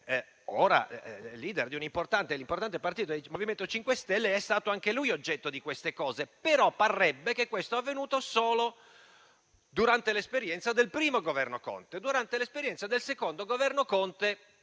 ora *leader* di un'importante partito, il MoVimento 5 Stelle, è stato anche lui oggetto di queste cose, ma parrebbe che ciò sia avvenuto solo durante l'esperienza del Governo Conte I, mentre durante l'esperienza del Governo Conte